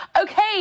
Okay